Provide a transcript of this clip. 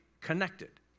connected